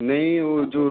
नहीं वो जो